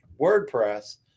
WordPress